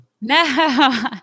no